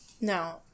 No